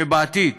שבעתיד